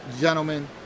gentlemen